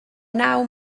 naw